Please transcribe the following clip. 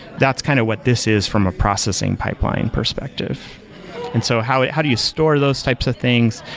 that's kind of what this is from a processing pipeline perspective and so how how do you store those types of things?